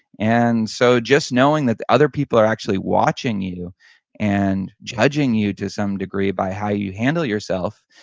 and so just knowing that other people are actually watching you and judging you to some degree by how you handle yourself,